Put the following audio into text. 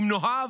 אם נאהב,